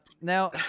Now